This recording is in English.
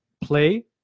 play